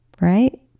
right